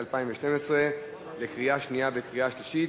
אושרה בקריאה שנייה ובקריאה שלישית